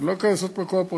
אני לא אכנס לפרטים.